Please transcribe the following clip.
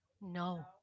No